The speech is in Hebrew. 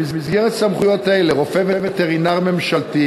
במסגרת סמכויות אלה רופא וטרינר ממשלתי